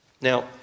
Now